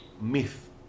myth